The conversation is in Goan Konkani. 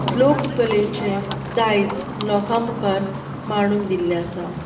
लोककलेचें दायज लोकां मुखार मांडून दिल्लें आसा